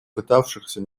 пытавшихся